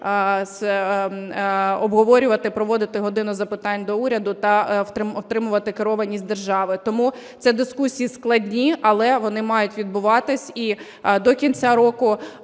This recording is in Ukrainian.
обговорювати, проводити "годину запитань до Уряду" та отримувати керованість держави. Тому ці дискусії складні, але вони мають відбуватись, і до кінця року,